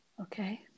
Okay